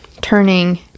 Turning